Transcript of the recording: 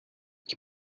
ich